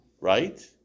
right